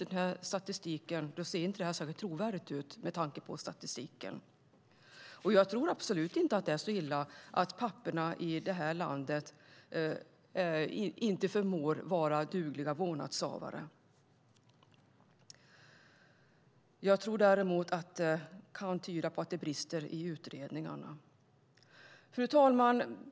Det ser inte särskilt trovärdigt med tanke på statistiken. Jag tror absolut inte att det är så illa att papporna i det här landet inte förmår vara dugliga vårdnadshavare. Jag tror däremot att det kan tyda på att det brister i utredningarna. Fru talman!